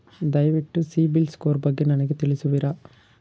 ದಯವಿಟ್ಟು CIBIL score ಬಗ್ಗೆ ನನಗೆ ತಿಳಿಸುವಿರಾ?